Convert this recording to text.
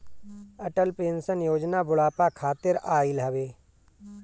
Atal pension Yojana बुढ़ापा खातिर आईल हवे